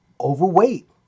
Overweight